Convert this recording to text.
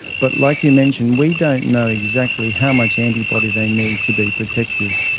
but like you mentioned, we don't know exactly how much antibody they need to be protected.